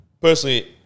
personally